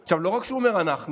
עכשיו, לא רק שהוא אומר "אנחנו",